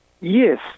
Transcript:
Yes